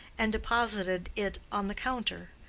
and deposited it on the counter,